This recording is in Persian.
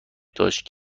داشت